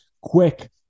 quick